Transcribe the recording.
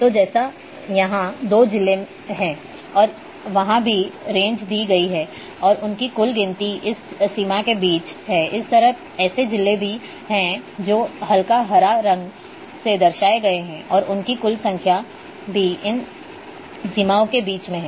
तो जैसे यहां दो जिले हैं और वहां भी रेंज दी गई है और उनकी कुल गिनती इस सीमा के बीच है इसी तरह ऐसे जिले भी हैं जो हल्का हरा रंग से दर्शाए गए है और उनकी कुल संख्या बी इन सीमाओं के बीच मे है